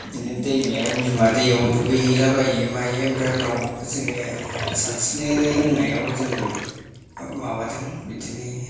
बिदिनो दैमायाव बिमा दैआव दुगैहैलाबायो मायो ओमफ्राय उनाव जोङो सानस्रिनो रोंनायाव जोङो माबादों बिदिनो